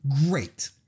Great